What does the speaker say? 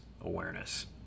awareness